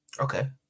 Okay